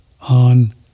on